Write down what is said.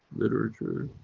literature,